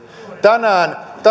tänään